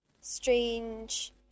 strange